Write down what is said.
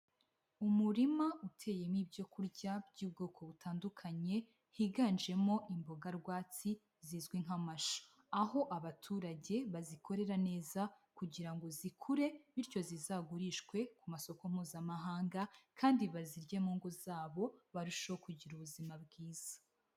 Umurima uteyemo ibyo kurya by'ubwoko butandukanye higanjemo imboga rwatsi zizwi nk'amashu, aho abaturage bazikorera neza kugira ngo zikure bityo zizagurishwe ku masoko mpuzamahanga kandi bazirye mu ngo zabo barusheho kugira ubuzima bwiza.